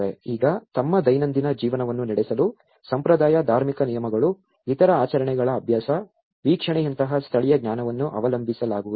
ಈಗ ತಮ್ಮ ದೈನಂದಿನ ಜೀವನವನ್ನು ನಡೆಸಲು ಸಂಪ್ರದಾಯ ಧಾರ್ಮಿಕ ನಿಯಮಗಳು ಇತರ ಆಚರಣೆಗಳ ಅಭ್ಯಾಸ ವೀಕ್ಷಣೆಯಂತಹ ಸ್ಥಳೀಯ ಜ್ಞಾನವನ್ನು ಅವಲಂಬಿಸಲಾಗುವುದಿಲ್ಲ